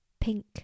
pink